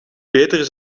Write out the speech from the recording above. beter